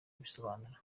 abisobanura